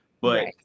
but-